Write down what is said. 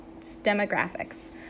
demographics